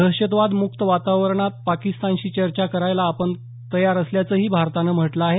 दहशतवाद मक्त वातावरणात पाकिस्तानशी चर्चा करायला आपण तयार असल्याचंही भारतानं म्हटलं आ हे